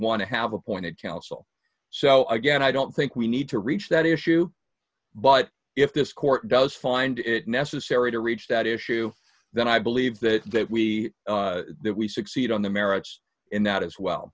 to have appointed counsel so again i don't think we need to reach that issue but if this court does find it necessary to reach that issue then i believe that that we that we succeed on the merits in that as well